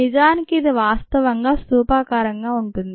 నిజానికి ఇది వాస్తవంగా స్థూపాకారంగా ఉంటుంది